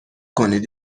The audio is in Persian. کنید